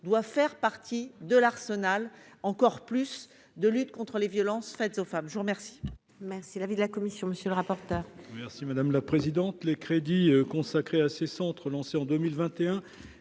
doit faire partie de l'arsenal encore plus de lutte contre les violences faites aux femmes, je vous remercie.